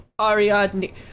Ariadne